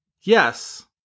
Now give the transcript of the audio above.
yes